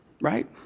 right